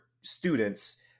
students